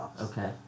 Okay